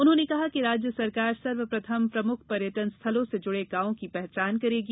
उन्होंने कहा कि राज्य सरकार सर्वप्रथम प्रमुख पर्यटन स्थलों से जुड़े गावों की पहचान करेगी